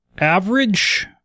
average